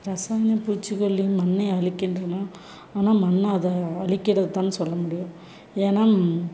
ரசாயன பூச்சிக்கொல்லி மண்ணை அழிக்கின்றன ஆனால் மண் அதை அழிக்கிறது தான் சொல்ல முடியாது ஏன்னா